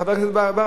חבר הכנסת ברכה,